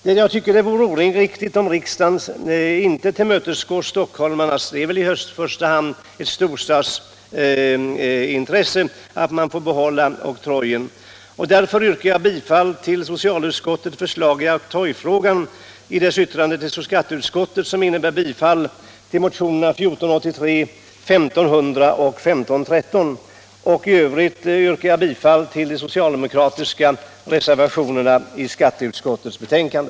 Det vore oriktigt om riksdagen inte tillmötesgick stockholmarna —- det är i första hand ett storstadsintresse att få behålla oktrojen. Jag stöder det yrkande om bibehållande av oktrojsystemet som senare kommer att framställas av herr Lindkvist. I övrigt yrkar jag bifall till de socialdemokratiska reservationerna i skatteutskottets betänkande.